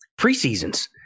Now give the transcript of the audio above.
preseasons